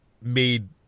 made